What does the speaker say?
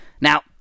Now